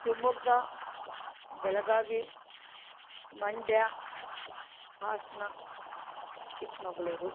Shivamogga Belagavi Mandya Hassan Chikkamagaluru